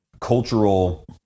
cultural